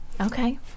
Okay